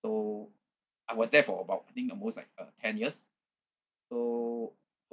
so I was there for about I think almost like uh ten years so